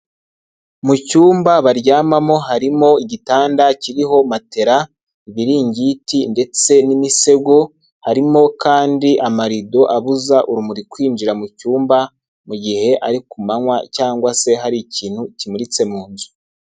Mu cyumba baryamamo harimo igitanda kiriho matela, ibiringiti ndetse n'imisego, harimo kandi amarido abuza urumuri kwinjira mu cyumba mu gihe ari ku manywa cyangwa se hari ikindi kintu kimuritse mu nzu.